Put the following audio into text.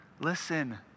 listen